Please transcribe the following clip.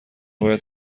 باید